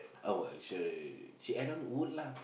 oh well she she add on wood lah